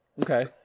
Okay